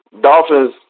Dolphins